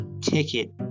ticket